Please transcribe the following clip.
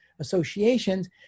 associations